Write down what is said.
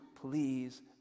please